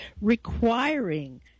requiring